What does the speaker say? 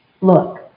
Look